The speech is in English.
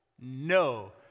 No